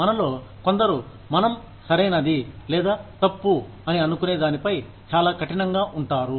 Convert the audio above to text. మనలో కొందరు మనం సరైనది లేదా తప్పు అని అనుకునే దానిపై చాలా కఠినంగా ఉంటారు